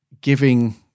giving